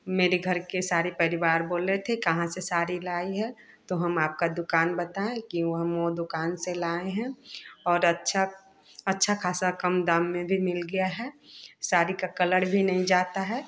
मेरे घर के सारे परिवार बोल रहे थे कहाँ से साड़ी लाई है तो हम आपका दूकान बताएँ कि हम वो दुकान से लाए हैं और अच्छा अच्छा खासा कम दाम में भी मिल गया है साड़ी का कलर भी नहीं जाता है